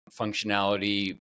functionality